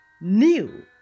new